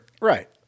Right